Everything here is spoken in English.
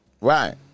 Right